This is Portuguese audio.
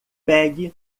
pegue